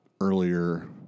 earlier